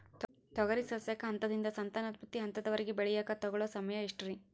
ತೊಗರಿ ಸಸ್ಯಕ ಹಂತದಿಂದ, ಸಂತಾನೋತ್ಪತ್ತಿ ಹಂತದವರೆಗ ಬೆಳೆಯಾಕ ತಗೊಳ್ಳೋ ಸಮಯ ಎಷ್ಟರೇ?